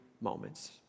moments